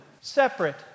separate